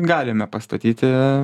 galime pastatyti